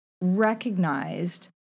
recognized